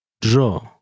Draw